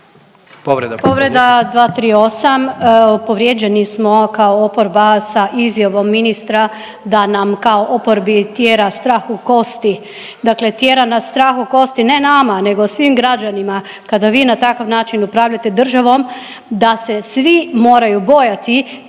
Povreda, 238, povrijeđeni smo kao oporba sa izjavom ministra da nam kao oporbi tjera strah u kosti. Dakle tjera na strah u kosti, ne nama, nego svim građanima kada vi na takav način upravljate državom da se svi moraju bojati